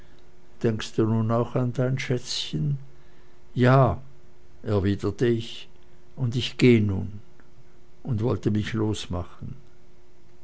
denkst du nun auch an dein schätzchen ja erwiderte ich und ich geh nun und wollte mich losmachen